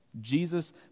Jesus